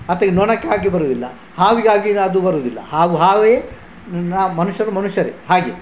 ಅಥ್ ಈ ನೊಣಕ್ಕಾಗಿ ಬರುವುದಿಲ್ಲ ಹಾವಿಗಾಗಿ ಅದು ಬರುವುದಿಲ್ಲ ಹಾವು ಹಾವೇ ನಾವು ಮನುಷ್ಯರು ಮನುಷ್ಯರೇ ಹಾಗೆ